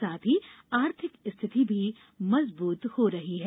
साथ ही आर्थिक स्थिति भी मजबूत हो गई है